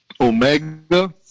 Omega